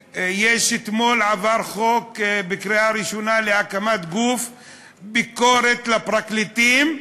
אתמול עבר בקריאה ראשונה חוק להקמת גוף ביקורת על הפרקליטים.